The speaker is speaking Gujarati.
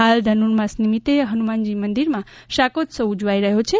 હાલ ધનુર માસ નિમિતે હનુમાનજી મંદિરમાં શાકોત્સવ ઉજવાઇ રહ્યો છે